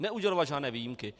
Neudělovat žádné výjimky.